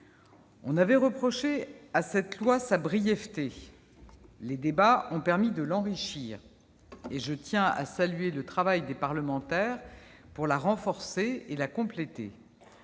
On avait reproché à ce projet de loi sa brièveté ; les débats ont permis de l'enrichir. Je salue le travail des parlementaires pour le renforcer et le compléter.